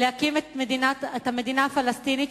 להקים את המדינה הפלסטינית,